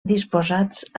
disposats